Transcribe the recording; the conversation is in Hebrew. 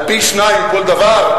על-פי שניים ייפול דבר.